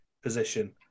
Position